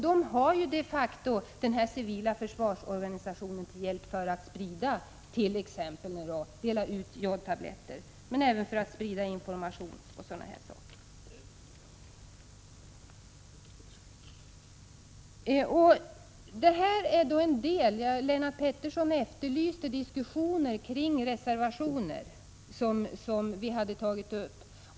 De har ju de facto den civila försvarsorganisationen till hjälp för att t.ex. dela ut jodtabletter men även för att sprida information o. d. Lennart Pettersson efterlyste diskussion kring reservationerna.